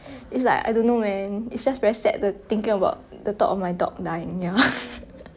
it's like I don't know man it's just very sad thinking about the thought of my dog dying ya